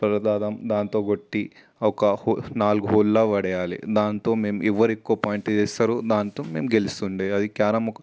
తరవాత దానితో కొట్టి ఒక హోల్ నాలుగు హోల్ల పడేయాలి దానితో మేము ఎవరు ఎక్కువ పాయింట్ చేస్తారో దానితో మేము గెలుస్తు ఉండే అది క్యారమ్ ఒక